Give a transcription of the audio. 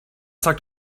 sagt